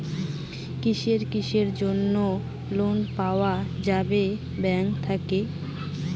কিসের কিসের জন্যে লোন পাওয়া যাবে ব্যাংক থাকি?